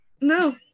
no